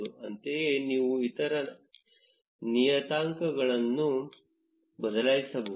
ಅಂತೆಯೇ ನೀವು ಇತರ ನಿಯತಾಂಕಗಳನ್ನು ಬದಲಾಯಿಸಬಹುದು